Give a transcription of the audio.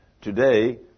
Today